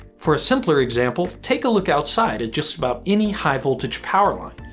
for a simpler example, take a look outside at just about any high voltage power line.